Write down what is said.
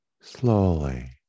slowly